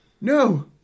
no